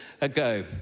ago